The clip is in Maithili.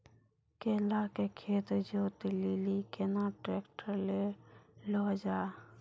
केला के खेत जोत लिली केना ट्रैक्टर ले लो जा?